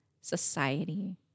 society